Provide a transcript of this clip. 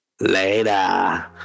later